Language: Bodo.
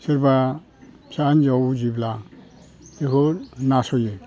सोरबा फिसा हिनजाव उजिब्ला बेखौ नास'यो